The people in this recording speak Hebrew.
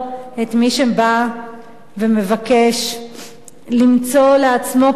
את מי שבא ומבקש למצוא לעצמו פרנסה,